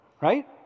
Right